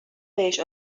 بهش